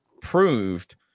proved